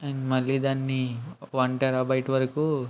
మళ్ళీ దాన్ని one terabyte వరకు